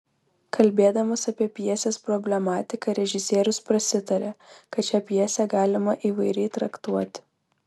kalbėdamas apie pjesės problematiką režisierius prasitaria kad šią pjesę galima įvairiai traktuoti